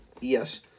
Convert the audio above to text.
Yes